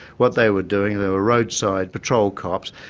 what they were doing, they were roadside patrol cops,